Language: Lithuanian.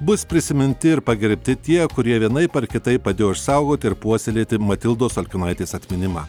bus prisiminti ir pagerbti tie kurie vienaip ar kitaip padėjo išsaugoti ir puoselėti matildos olkinaitės atminimą